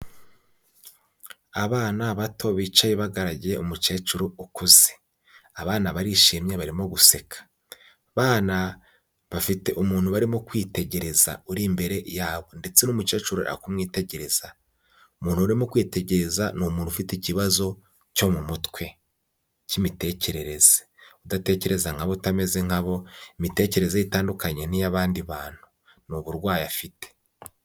Abana bato bicaye bagaragiye umukecuru ukuze. Abana barishimye barimo guseka. Abana bafite umuntu barimo kwitegereza uri imbere yabo, ndetse n'umukecuru ari kumwitegereza. Umuntu barimo kwitegereza, ni umuntu ufite ikibazo cyo mu mutwe cy'imitekerereze. udatekereza nka bo, utameze nka bo, imitekerereze itandukanye n'iy'abandi bantu. Ni uburwayi afite.